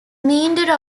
meander